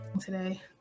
Today